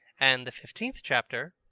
and the fifteenth chapter,